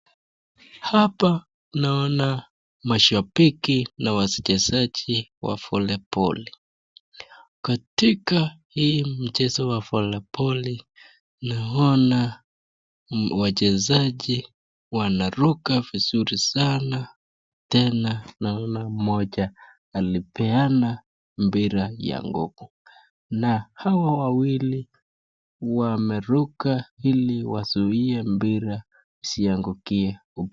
Hapa naona mashapiki na wachesaji wa folipoli katika hii mchezo wa folipoli naona wachesaji wanaruka vizuri sana tena naona moja alipeana mpira ya nguvu na hawa wawili wameruka ili wazuie mpira ziangukie